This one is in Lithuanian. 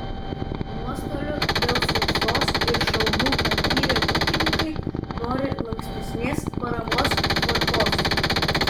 nuostolių dėl sausros ir šalnų patyrę ūkininkai nori lankstesnės paramos tvarkos